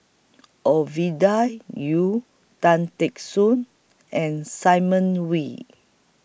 Ovidia Yu Tan Teck Soon and Simon Wee